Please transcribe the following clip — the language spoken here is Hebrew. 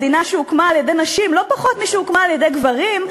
מדינה שהוקמה על-ידי נשים לא פחות משהוקמה על-ידי גברים,